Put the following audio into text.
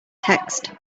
text